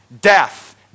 death